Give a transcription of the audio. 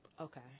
Okay